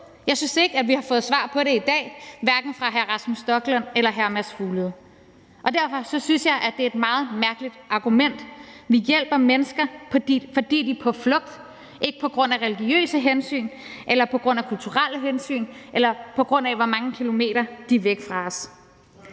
Jeg synes ikke, at vi har fået svar på det i dag – hverken fra hr. Rasmus Stoklund eller hr. Mads Fuglede. Derfor synes jeg, at det er et meget mærkeligt argument. Vi hjælper mennesker, fordi de er på flugt – ikke på grund af religiøse hensyn eller på grund af kulturelle hensyn, eller på grund af hvor mange kilometer de er væk fra os.